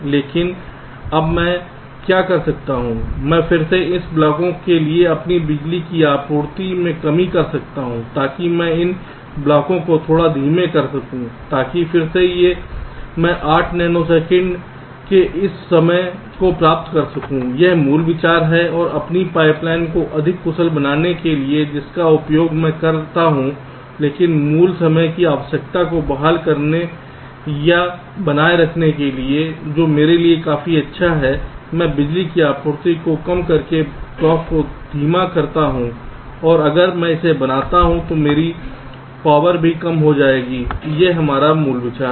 लेकिन अब मैं क्या कर सकता हूं मैं फिर से इस ब्लॉकों में अपनी बिजली की आपूर्ति में कमी कर सकता हूं ताकि मैं इन ब्लॉकों को थोड़ा धीमा कर दूं ताकि फिर से मैं 8 नैनो सेकंड के उस समय को प्राप्त कर सकूं यह मूल विचार है अपनी पाइपलाइन को अधिक कुशल बनाने के लिए जिसका मैं उपयोग करता हूं लेकिन मूल समय की आवश्यकता को बहाल करने या बनाए रखने के लिए जो मेरे लिए काफी अच्छा है मैं बिजली की आपूर्ति को कम करके ब्लॉक को धीमा करता हूं और अगर मैं इसे बनाता हूं तो मेरी शक्ति भी कम हो जाएगी यह विचार है